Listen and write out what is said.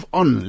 on